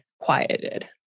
quieted